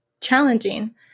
challenging